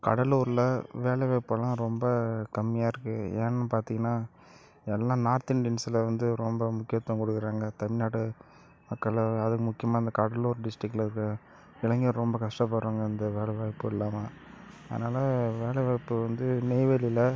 கடலூரில் வேலை வாய்ப்பெல்லாம் ரொம்ப கம்மியாக இருக்குது ஏன்னு பாத்தீங்கனா எல்லாம் நார்த் இந்தியன்ஸ்ல வந்து ரொம்ப முக்கியத்துவம் கொடுக்குறாங்க தமிழ்நாடு மக்களை அதுவும் முக்கியமாக இந்த கடலூர் டிஸ்ட்ரிகில் இருக்கிற இளைஞர் ரொம்ப கஷ்ட படுறாங்க இந்த வேலை வாய்ப்பு இல்லாமல் அதனால் வேலை வாய்ப்பு வந்து நெய்வேலியில்